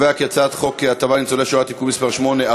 הצעת חוק הטבות לניצולי שואה (תיקון מס' 8)